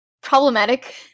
problematic